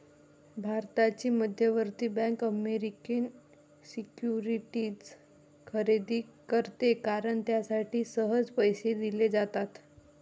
भारताची मध्यवर्ती bank American securities खरेदी करते कारण त्यासाठी सहज पैसे दिले जातात